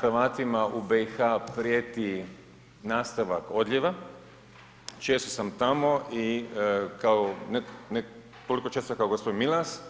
Hrvatima u BiH prijeti nastavak odljeva, često sam tamo i kao, ne, ne toliko često kao g. Milas,